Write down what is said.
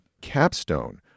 capstone